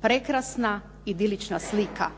Prekrasna idilična slika.